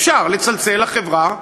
אפשר לצלצל לחברה,